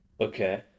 Okay